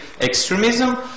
extremism